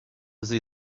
see